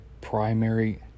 primary